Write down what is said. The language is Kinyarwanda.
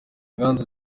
inganda